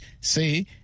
say